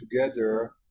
together